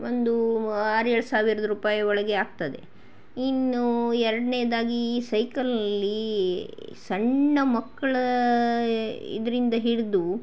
ಒಂದು ಆರೇಳು ಸಾವಿರದ ರೂಪಾಯಿ ಒಳಗೆ ಆಗ್ತದೆ ಇನ್ನೂ ಎರಡನೇದಾಗಿ ಸೈಕಲಲ್ಲಿ ಸಣ್ಣ ಮಕ್ಕಳ ಇದರಿಂದ ಹಿಡಿದು